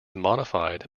modified